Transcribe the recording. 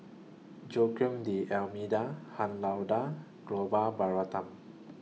Joaquim D'almeida Han Lao DA Gopal Baratham